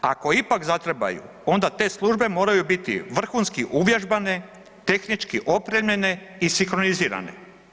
Ako ipak zatrebaju onda te službe moraju biti vrhunski uvježbane, tehnički opremljene i sinkronizirane.